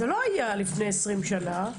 זה לא היה לפני 20 שנה.